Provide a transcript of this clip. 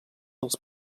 dels